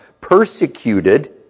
persecuted